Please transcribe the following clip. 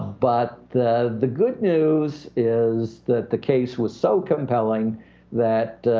but the the good news is that the case was so compelling that